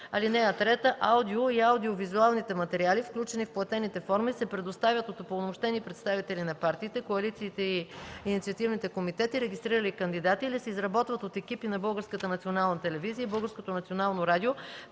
комитети. (3) Аудио- и аудио-визуалните материали, включени в платените форми, се предоставят от упълномощени представители на партиите, коалициите и инициативните комитети, регистрирали кандидати, или се изработват от екипи на Българската